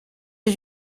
his